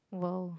!wow!